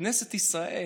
כנסת ישראל